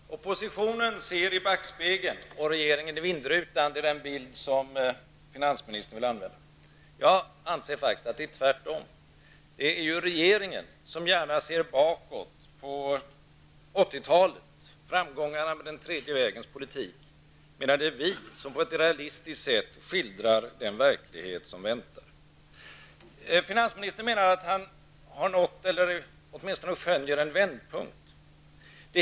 Herr talman! Oppositionen ser i backspegeln och regeringen i vindrutan. Det är den bild som finansministern vill använda. Jag anser faktiskt att det är tvärtom. Det är regeringen som gärna ser bakåt, på 1980-talet, på framgångarna med den tredje vägens politik, medan det är vi som på ett realistiskt sätt skildrar den verklighet som väntar. Finansministern menar att han skönjer en vändpunkt.